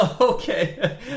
Okay